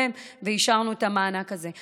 ואישרנו את המענק הזה.